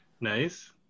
Nice